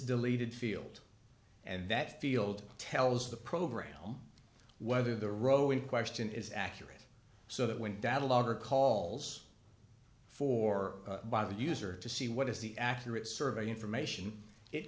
deleted field and that field tells the program whether the row in question is accurate so that when data logger calls for by the user to see what is the accurate survey information it